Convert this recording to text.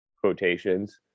quotations